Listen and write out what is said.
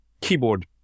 keyboard